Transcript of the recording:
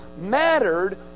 mattered